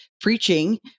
preaching